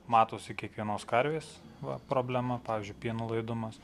matosi kiekvienos karvės va problema pavyzdžiui pieno laidumas